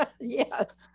yes